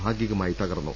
ഭാഗികമായി തകർന്നു